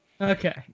Okay